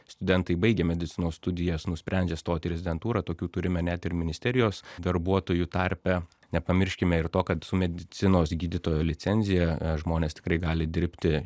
studentai baigę medicinos studijas nusprendžia stoti į rezidentūrą tokių turime net ir ministerijos darbuotojų tarpe nepamirškime ir to kad su medicinos gydytojo licenzija žmonės tikrai gali dirbti